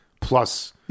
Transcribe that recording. plus